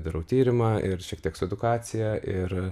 darau tyrimą ir šiek tiek su edukacija ir